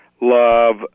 Love